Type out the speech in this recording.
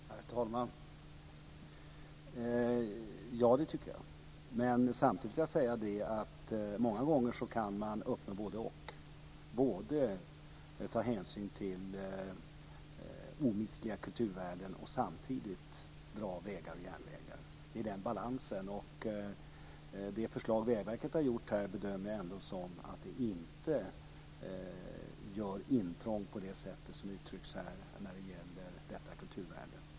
Herr talman! Ja, det är det. Men samtidigt vill jag säga att många gånger kan man uppnå både-och, både ta hänsyn till omistliga kulturvärden och samtidigt dra vägar och järnvägar. Det är fråga om en balans. Jag bedömer att förslaget från Vägverket inte gör intrång på det sätt som uttrycks här när det gäller detta kulturvärde.